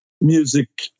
music